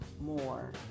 more